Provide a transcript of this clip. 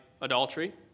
adultery